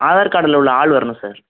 ஆதார் கார்டில் உள்ள ஆள் வரணும் சார்